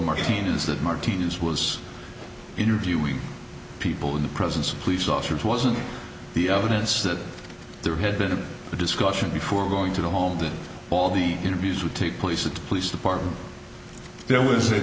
martina's that martinez was interviewing people in the presence of police officers wasn't the other tenants that there had been a discussion before going to the home that all the interviews would take place at the police department there was a